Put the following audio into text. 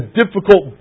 difficult